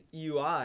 UI